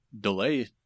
delay